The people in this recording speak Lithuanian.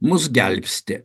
mus gelbsti